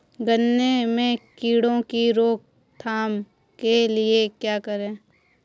गन्ने में कीड़ों की रोक थाम के लिये क्या करें?